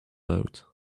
out